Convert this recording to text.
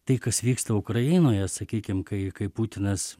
tai kas vyksta ukrainoje sakykim kai kaip putinas